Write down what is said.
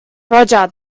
roger